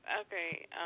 Okay